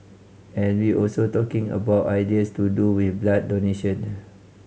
and we also talking about ideas to do with blood donation